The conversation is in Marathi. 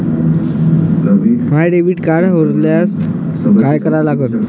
माय डेबिट कार्ड हरोल्यास काय करा लागन?